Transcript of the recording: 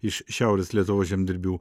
iš šiaurės lietuvos žemdirbių